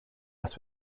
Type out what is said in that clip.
das